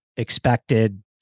Expected